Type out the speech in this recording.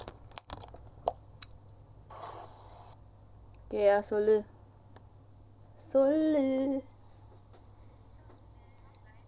K ah சொல்லு சொல்லூ:sollu solluu